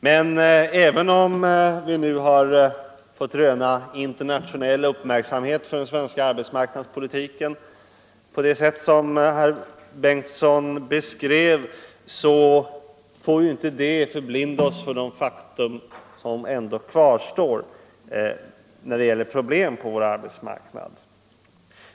Men även om vi har fått röna internationell uppmärksamhet för den svenska arbetsnarknadspolitiken på det sätt som herr Bengtsson beskrev får det inte förblinda oss för de problem på vår arbetsmarknad som fortfarande kvarstår.